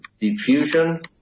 diffusion